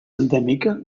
endèmica